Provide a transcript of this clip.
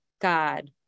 God